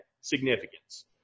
significance